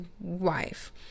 wife